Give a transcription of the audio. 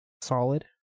Solid